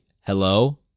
hello